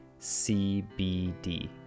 CBD